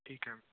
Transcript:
ਠੀਕ ਹੈ